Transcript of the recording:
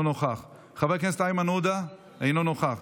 אינו נוכח,